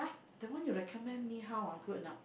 that one you recommend me how ah good or not